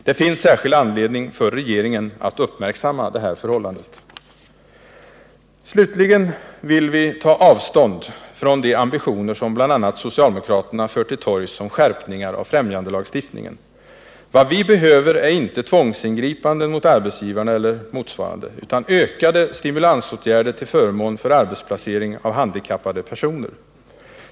Det finns därför anledning för regeringen att uppmärksamma detta förhållande. Slutligen vill vi ta avstånd från de ambitioner som bl.a. socialdemokraterna för till torgs om skärpningar av främjandelagstiftningen. Vad vi behöver är inte tvångsingripanden mot arbetsgivarna eller motsvarande, utan ökade stimulansåtgärder till förmån för arbetsplacering av handikappade personer.